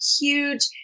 huge